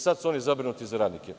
Sada su oni zabrinuti za radnike.